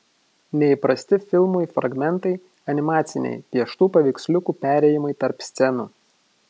neįprasti filmui fragmentai animaciniai pieštų paveiksliukų perėjimai tarp scenų